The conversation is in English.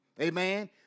Amen